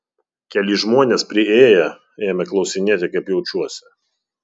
keli žmonės priėję ėmė klausinėti kaip jaučiuosi